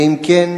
3. אם כן,